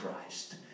Christ